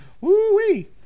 woo-wee